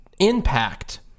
impact